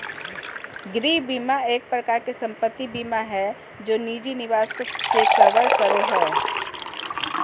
गृह बीमा एक प्रकार से सम्पत्ति बीमा हय जे निजी निवास के कवर करो हय